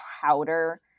powder